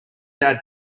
dad